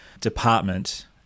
department